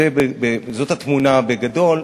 זאת התמונה בגדול.